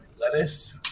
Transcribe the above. Lettuce